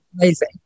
Amazing